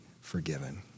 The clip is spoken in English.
forgiven